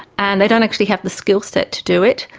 and they don't actually have the skill-set to do it.